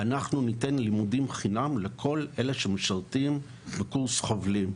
ניתן לימודים חינם לכל אלה שמשרתים בקורס חובלים.